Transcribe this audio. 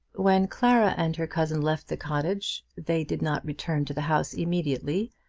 when clara and her cousin left the cottage they did not return to the house immediately,